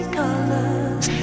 colors